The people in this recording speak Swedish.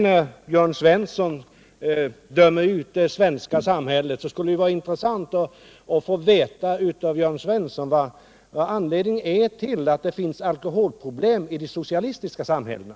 När Jörn Svensson dömer ut det svenska samhället, skulle det vara intressant att av honom få veta anledningen till att det finns alkoholproblem i de socialistiska samhällena.